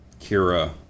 Kira